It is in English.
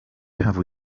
have